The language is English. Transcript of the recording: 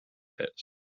pits